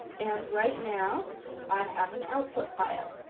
and right now i have an output file.